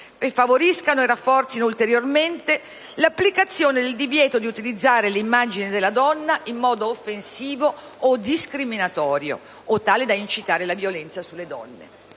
e favoriscano e rafforzino ulteriormente «l'applicazione del divieto di utilizzare l'immagine della donna in modo offensivo o discriminatorio» o tale da incitare alla violenza sulle donne.